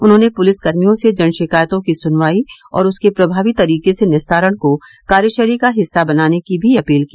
उन्होंने पुलिस कर्मियों से जन शिकायतों की सुनवाई और उसके प्रभावी तरीके से निस्तारण को कार्यशैली का हिस्सा बनाने की भी अपील की